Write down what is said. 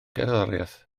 gerddoriaeth